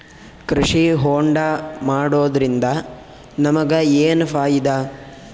ಕೃಷಿ ಹೋಂಡಾ ಮಾಡೋದ್ರಿಂದ ನಮಗ ಏನ್ ಫಾಯಿದಾ?